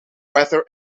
weather